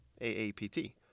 AAPT